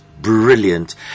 brilliant